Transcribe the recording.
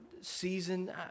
season